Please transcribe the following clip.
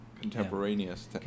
Contemporaneous